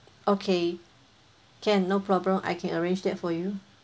okay can no problem I can arrange that for you